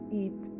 eat